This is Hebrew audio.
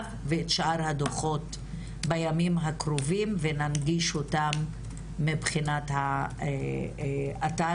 ואת שאר הדוחו"ת בימים הקרובים וננגיש אותם מבחינת האתר,